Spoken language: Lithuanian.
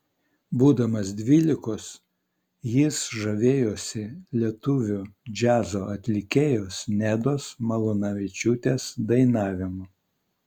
būdamas dvylikos jis žavėjosi lietuvių džiazo atlikėjos nedos malūnavičiūtės dainavimu